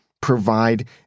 provide